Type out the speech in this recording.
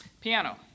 Piano